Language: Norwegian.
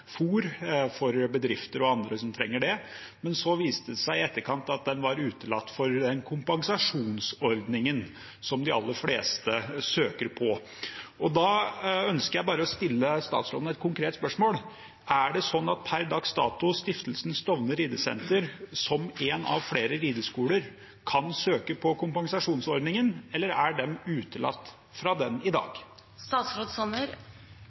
for bedrifter og andre som trenger det. Men så viste det seg i etterkant at de var utelatt fra kompensasjonsordningen som de aller fleste søker på. Da ønsker jeg å stille statsråden et konkret spørsmål: Er det sånn per dags dato at Stiftelsen Stovner ridesenter som en av flere rideskoler kan søke på kompensasjonsordningen, eller er de utelatt fra den i